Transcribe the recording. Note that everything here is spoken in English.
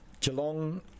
Geelong